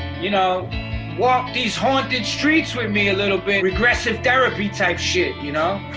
you know walk these haunted streets with me a little bit, regressive therapy type shit. you know